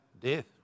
death